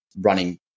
running